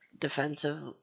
Defensive